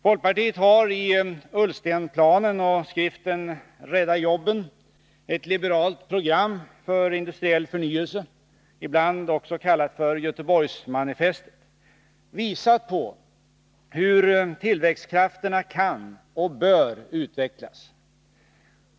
Folkpartiet har i Ullstenplanen och skriften Rädda jobben, ett liberalt program för industriell förnyelse, ibland också kallat för Göteborgsmanifestet, visat på hur tillväxtkrafterna kan och bör utvecklas.